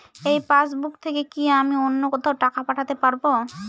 এই পাসবুক থেকে কি আমি অন্য কোথাও টাকা পাঠাতে পারব?